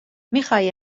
میخوای